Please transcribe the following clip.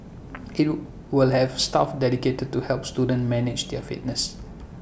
it'll will have staff dedicated to help students manage their fitness